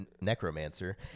necromancer